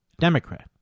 Democrat